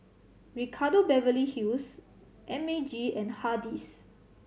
Ricardo Beverly Hills M A G and Hardy's